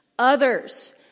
others